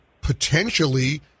potentially